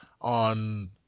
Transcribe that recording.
on